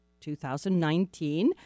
2019